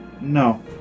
No